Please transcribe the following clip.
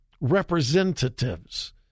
representatives